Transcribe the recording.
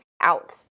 out